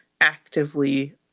actively